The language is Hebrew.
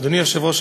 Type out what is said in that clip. אדוני היושב-ראש,